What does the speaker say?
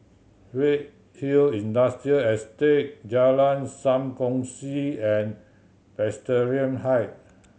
Redhill Industrial Estate Jalan Sam Kongsi and Presbyterian High